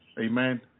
Amen